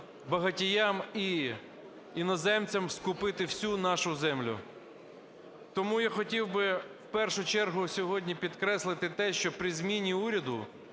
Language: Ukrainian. багатіям і іноземцям скупити всю нашу землю. Тому я хотів би в першу чергу сьогодні підкреслити те, що при зміні уряду